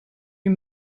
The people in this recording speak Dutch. een